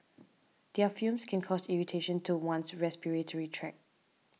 their fumes can cause irritation to one's respiratory tract